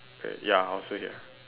ya I also hear